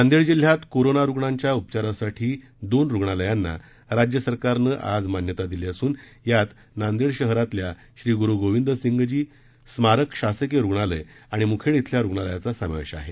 नांदेड जिल्ह्यात कोरोना रूग्णांच्या उपचारासाठी दोन रूग्णालयांना राज्य सरकारनं आज मान्य दिली असून यात नांदेड शहरातल्या श्री गुरु गोविंद सिंगजी स्मारक शासकीय रुग्णालय आणि मुखेड इथल्या रुग्णालयाचा समावेश आहे